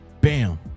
bam